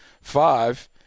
five